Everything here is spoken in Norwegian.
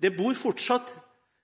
Det bor fortsatt